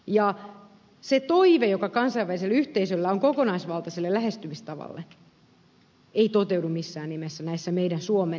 ja se toive joka kansainvälisellä yhteisöllä on kokonaisvaltaiselle lähestymistavalle ei toteudu missään nimessä näissä meidän suomen panostuksissa